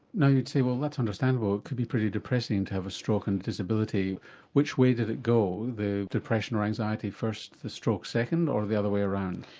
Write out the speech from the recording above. now you'd say that's understandable, it could be pretty depressing to have a stroke and disability which way did it go, the depression or anxiety first the stroke second or the other way around?